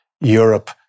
Europe